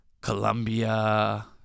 Colombia